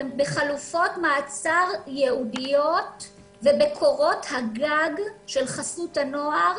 בחלופות מעצר ייעודיות ובקורות הגג של חסות הנוער,